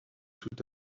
tout